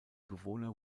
bewohner